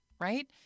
Right